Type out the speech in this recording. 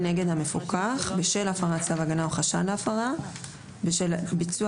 נגד המפוקח בשל הפרת צו הגנה או חשד להפרה בשל ביצוע